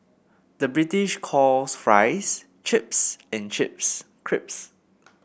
the British calls fries chips and chips crisps